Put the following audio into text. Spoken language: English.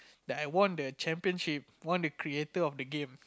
that I won the championship won the creator of the game